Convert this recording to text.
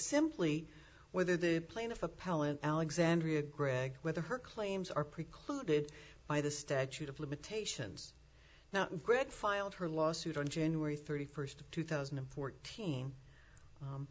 simply whether the plaintiff appellant alexandria greg whether her claims are precluded by the statute of limitations now greg filed her lawsuit on january thirty first two thousand and fourteen